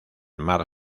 mar